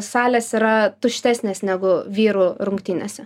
salės yra tuštesnės negu vyrų rungtynėse